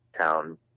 town